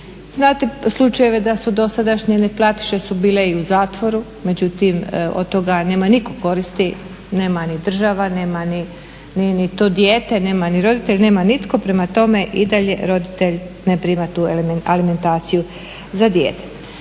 Znate slučajeve da su dosadašnje neplatiše su bile i u zatvoru, međutim od toga nema nitko koristi, nema ni država, nema ni to dijete, nema ni roditelj, nema nitko. Prema tome, i dalje roditelj ne prima tu alimentaciju za dijete.